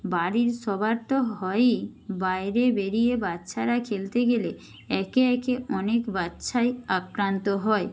বাড়ির সবার তো হয়ই বাইরে বেরিয়ে বাচ্চারা খেলতে গেলে একে একে অনেক বাচ্চাই আক্রান্ত হয়